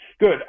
Good